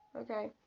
okay